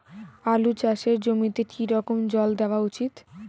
আলু চাষের জমিতে কি রকম জল দেওয়া উচিৎ?